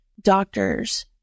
doctors